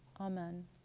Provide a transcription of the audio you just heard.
Amen